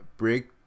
Break